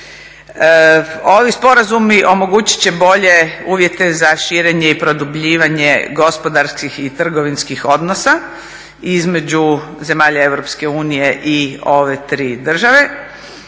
Ovi sporazumi omogućit će bolje uvjete za širenje i produbljivanje gospodarskih i trgovinskih odnosa između zemalja EU i ove tri države.